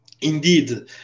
indeed